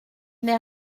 n’ai